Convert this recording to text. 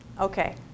Okay